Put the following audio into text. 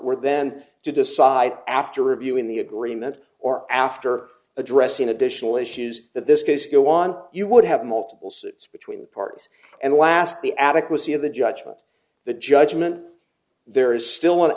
were then to decide after reviewing the agreement or after addressing additional issues that this case go on you would have multiple suits between the parties and last the adequacy of the judgment the judgment there is still an